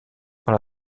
par